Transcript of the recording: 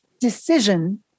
decision